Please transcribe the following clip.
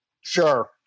Sure